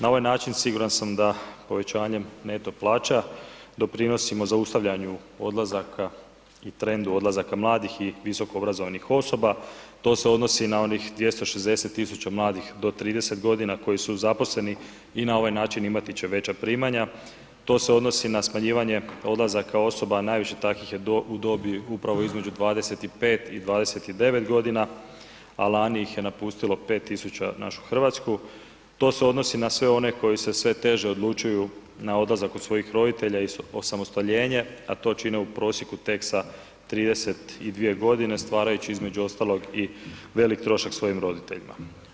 Na ovaj način siguran sam da povećanjem neto plaća doprinosimo zaustavljanju odlazaka i trendu odlazaka mladih i visokoobrazovanih osoba, to se odnosi na onih 260 000 mladih do 30.g. koji su zaposleni i na ovaj način imati će veća primanja, to se odnosi na smanjivanje odlazaka osoba, najviše takvih je do, u dobi upravo između 25 i 29.g., a lani ih je napustilo 5000 našu RH, to se odnosi na sve one koji se sve teže odlučuju na odlazak od svojih roditelja i osamostaljenje, a to čine u prosjeku tek sa 32.g. stvarajući između ostalog i velik trošak svojim roditeljima.